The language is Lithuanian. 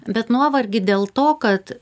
bet nuovargį dėl to kad